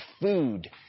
food